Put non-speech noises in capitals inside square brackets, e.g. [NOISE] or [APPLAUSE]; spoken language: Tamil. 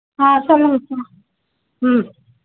ஆ சொல்லுங்க [UNINTELLIGIBLE] ம்